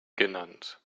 genannt